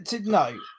no